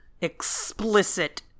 explicit